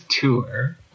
tour